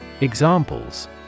Examples